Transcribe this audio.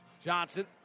Johnson